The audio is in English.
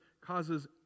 causes